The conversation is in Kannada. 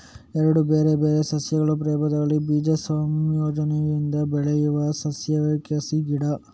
ಎರಡು ಬೇರೆ ಬೇರೆ ಸಸ್ಯ ಪ್ರಭೇದಗಳ ಬೀಜ ಸಂಯೋಜನೆಯಿಂದ ಬೆಳೆಯುವ ಸಸ್ಯವೇ ಕಸಿ ಗಿಡ